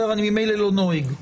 אני ממילא לא נוהג.